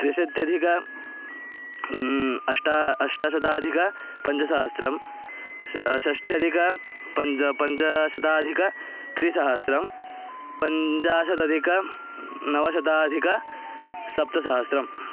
त्रिंशत्यधिकम् अष्ट अष्टशताधिकं पञ्जसहस्रं षष्ठ्यधिकपञ्जपञ्जशताधिक त्रिसहस्रं पञ्चाशदधिकनवशताधिकसप्तसहस्रम्